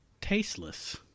tasteless